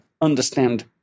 understand